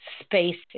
spaces